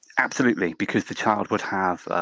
absolutely, because the child would have